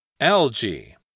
Algae